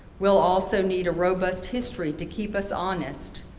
we'll also need a robust history to keep us honest,